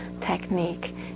technique